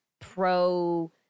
pro